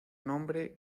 nombre